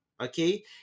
okay